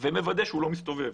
ומוודא הוא לא מסתובב.